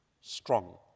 strong